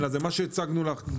מה שהצגנו לך.